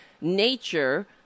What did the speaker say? nature